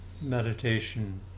meditation